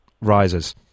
rises